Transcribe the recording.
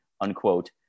unquote